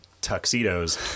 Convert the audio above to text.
tuxedos